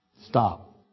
Stop